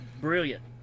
brilliant